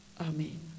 Amen